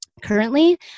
Currently